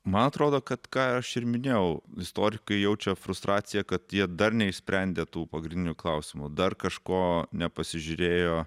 man atrodo kad ką aš ir minėjau istorikai jaučia frustraciją kad jie dar neišsprendė tų pagrindinių klausimų dar kažko nepasižiūrėjo